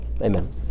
amen